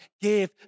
give